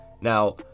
now